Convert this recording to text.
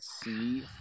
see